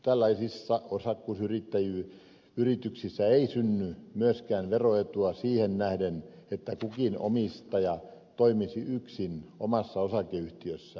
tällaisissa osakkuusyrityksissä ei synny myöskään veroetua siihen nähden että kukin omistaja toimisi yksin omassa osakeyhtiössä